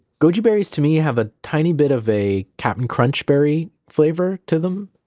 goji berries, to me, have a tiny bit of a cap'n crunch berry flavor to them,